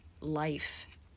life